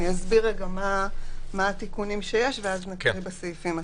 אני אסביר קודם את התיקונים ואז נקריא את הסעיפים עצמם.